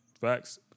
Facts